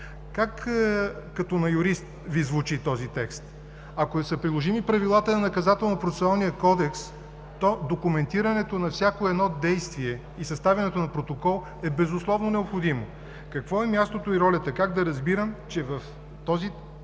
Как като на юрист Ви звучи този текст? Ако са приложими правилата на Наказателно-процесуалния кодекс, то документирането на всяко едно действие и съставянето на протокол е безусловно необходимо. Какво е мястото и ролята? Как да разбирам, че в този Ваш